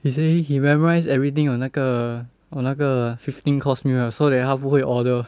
he say he memorise everything on 那个我那个 fifteen course meal 了 so that 他不会 order